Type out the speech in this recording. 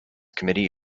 committee